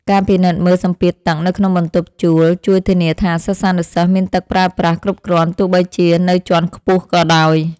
ការពិនិត្យមើលសម្ពាធទឹកនៅក្នុងបន្ទប់ជួលជួយធានាថា សិស្សានុសិស្សមានទឹកប្រើប្រាស់គ្រប់គ្រាន់ទោះបីជានៅជាន់ខ្ពស់ក៏ដោយ។